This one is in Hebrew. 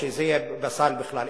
שזה יהיה בסל בכלל.